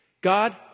God